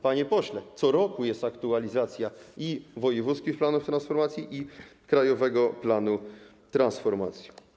Panie pośle, co roku jest aktualizacja i wojewódzkich planów transformacji, i krajowego planu transformacji.